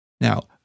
Now